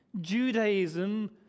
Judaism